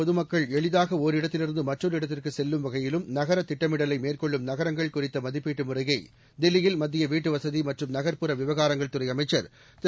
பொதுமக்கள் எளிதாக ஒரிடத்திலிருந்து மற்றொரு இடத்திற்கு செல்லும் வகையிலும் நகர திட்டமிடலை மேற்கொள்ளும் நகரங்கள் குறித்த மதிப்பீட்டு முறையை தில்லியில் மத்திய வீட்டு வசதி மற்றும் நகர்ப்புற விவகாரங்கள் துறை அமைச்சர் திரு